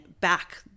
back